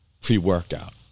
pre-workout